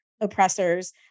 oppressors